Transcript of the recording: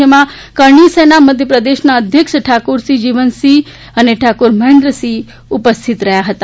જેમાં કરણી સેના મધ્યપ્રદેશના અધ્યક્ષ ઠાકુર જીવનસિંહ અને ઠાકુર મહેન્દ્રસિંહ ઉપસ્થિત રહ્યા હતા